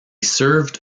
served